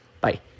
Bye